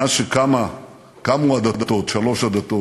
גם את ההיסטוריה של הנצרות,